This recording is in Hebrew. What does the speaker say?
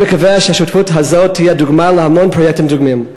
אני מקווה שהשותפות הזאת תהיה דוגמה להמון פרויקטים דומים.